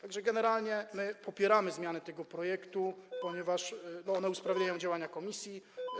Tak że generalnie popieramy zmiany tego projektu, ponieważ one usprawniają działania komisji.